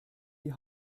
die